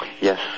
Yes